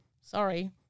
sorry